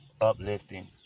uplifting